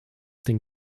den